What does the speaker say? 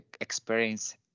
experience